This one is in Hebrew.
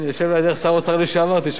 יושב לידך שר האוצר לשעבר, תשאלי אותו.